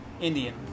Indian